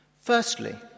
Firstly